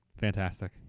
fantastic